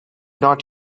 not